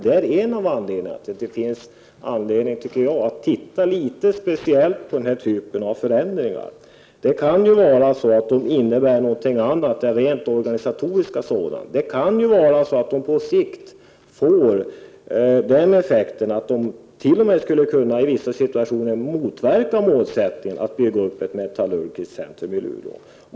Det är av anledningarna till att man skall titta litet extra på den här typen av förändringar. Förändringarna kan ju vara andra än rent organisatoriska. På sikt kanske förändringarna får den effekten att de i vissa situationer t.o.m. skulle kunna motverka målsättningen att bygga upp ett metallurgiskt centrum i Luleå.